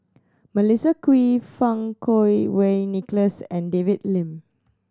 Melissa Kwee Fang Kuo Wei Nicholas and David Lim